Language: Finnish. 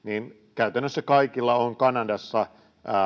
käytännössä kaikilla on kanadassa